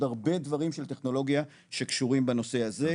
הרבה דברים של טכנולוגיה שקשורים בנושא הזה.